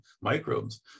microbes